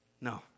No